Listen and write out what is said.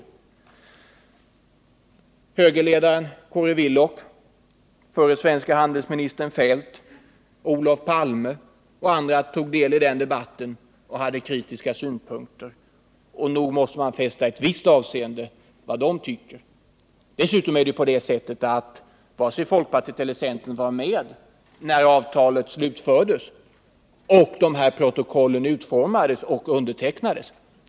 Norske högerledaren Kåre Willoch, förre svenske handelsministern Feldt, Olof Palme och andra tog del i den debatten och framförde kritiska synpunkter. Nog måste man väl fästa ett visst avseende vid vad de tycker. Dessutom är det på det sättet att varken moderaterna eller centerpartiet var med när avtalet slutfördes och dessa protokoll utformades och undertecknades.